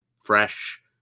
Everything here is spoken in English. fresh